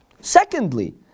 Secondly